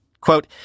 Quote